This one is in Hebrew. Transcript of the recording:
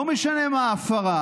ולא משנה מה ההפרה